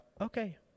Okay